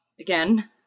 again